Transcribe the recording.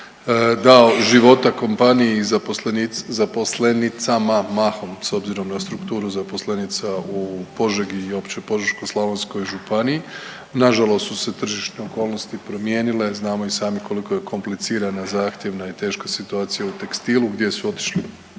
dao života kompaniji i zaposlenicama mahom s obzirom na strukturu zaposlenica u Požegi i uopće Požeško-slavonskoj županiji. Na žalost su se tržišne okolnosti promijenile. Znamo i sami koliko je komplicirana, zahtjevna i teška situacija u tekstilu gdje su otišli